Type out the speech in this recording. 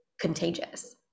contagious